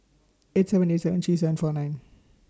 eight seven eight seven three seven four nine